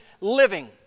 living